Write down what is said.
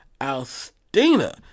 Alstina